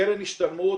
קרן השתלמות